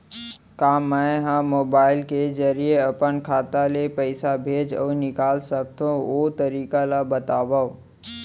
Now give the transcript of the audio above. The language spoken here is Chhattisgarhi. का मै ह मोबाइल के जरिए अपन खाता ले पइसा भेज अऊ निकाल सकथों, ओ तरीका ला बतावव?